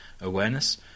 awareness